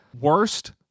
worst